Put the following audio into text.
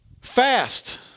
Fast